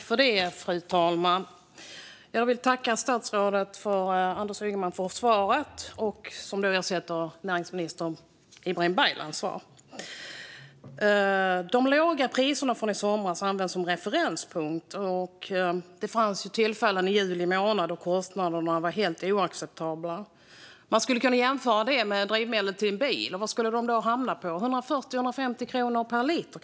Fru talman! Jag vill tacka statsrådet Anders Ygeman för svaret, som då ersätter näringsminister Ibrahim Baylans svar. De låga priserna från i somras används som referenspunkt. Men det fanns tillfällen i juli då kostnaderna var helt oacceptabla. Man skulle kunna jämföra med drivmedel till en bil. Det skulle hamna på kanske 140 eller 150 kronor per liter.